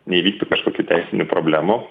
neįvyktų kažkokių teisinių problemų